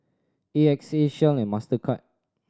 A X A Shell and Mastercard